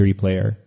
player